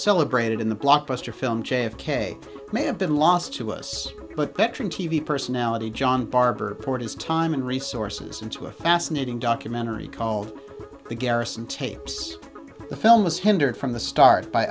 celebrated in the blockbuster film j f k may have been lost to us but veteran t v personality john barber poured his time and resources into a fascinating documentary called the garrison tapes the film was hindered from the start by